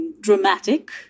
Dramatic